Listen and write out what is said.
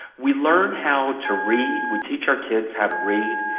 we learn how to read, we teach our kids how to read,